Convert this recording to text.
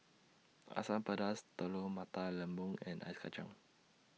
Asam Pedas Telur Mata Lembu and Ice Kachang